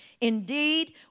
Indeed